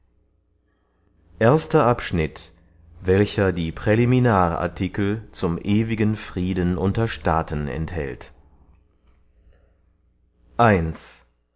erster abschnitt welcher die präliminarartikel zum ewigen frieden unter staaten enthält ein